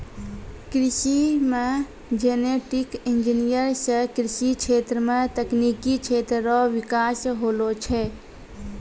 कृषि मे genetic engineer से कृषि क्षेत्र मे तकनिकी क्षेत्र रो बिकास होलो छै